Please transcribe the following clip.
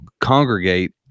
congregate